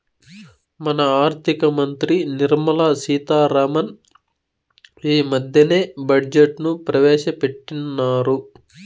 మన ఆర్థిక మంత్రి నిర్మలా సీతా రామన్ ఈ మద్దెనే బడ్జెట్ ను ప్రవేశపెట్టిన్నారు